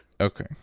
Okay